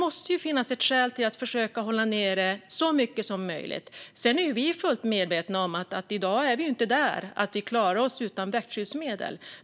Det finns skäl att försöka hålla nere detta så mycket som möjligt. Sedan är vi fullt medvetna om att vi i dag inte klarar oss utan växtskyddsmedel.